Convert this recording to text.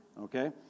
okay